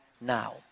now